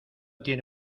tiene